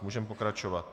Můžeme pokračovat.